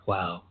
Wow